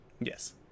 yes